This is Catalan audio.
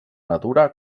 natura